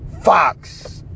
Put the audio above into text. Fox